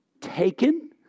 taken